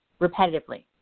repetitively